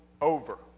over